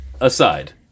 aside